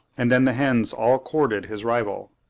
and then the hens all courted his rival.